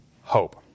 hope